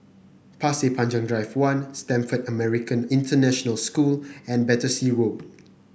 Pasir Panjang Drive One Stamford American International School and Battersea Road